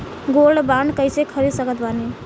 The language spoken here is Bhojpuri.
गोल्ड बॉन्ड कईसे खरीद सकत बानी?